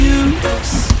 use